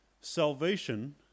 Salvation